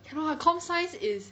听说 com science is